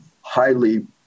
highly